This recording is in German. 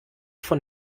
von